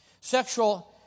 Sexual